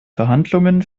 verhandlungen